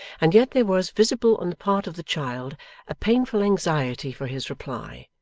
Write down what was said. and yet there was visible on the part of the child a painful anxiety for his reply,